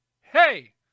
Hey